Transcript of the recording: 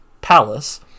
Palace